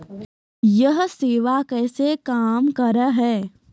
यह सेवा कैसे काम करै है?